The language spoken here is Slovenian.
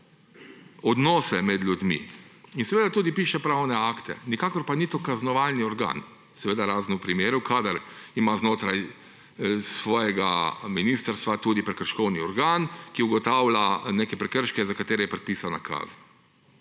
odnose med ljudmi, in seveda tudi piše pravne akte. Nikakor pa ni to kaznovalni organ, razen v primeru, kadar ima znotraj svojega ministrstva tudi prekrškovni organ, ki ugotavlja neke prekrške, za katere je predpisana kazen.